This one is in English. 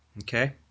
Okay